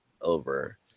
over